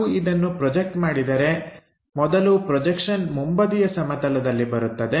ನಾವು ಇದನ್ನು ಪ್ರೊಜೆಕ್ಟ್ ಮಾಡಿದರೆ ಮೊದಲು ಪ್ರೊಜೆಕ್ಷನ್ ಮುಂಬದಿಯ ಸಮತಲದಲ್ಲಿ ಬರುತ್ತದೆ